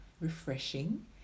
refreshing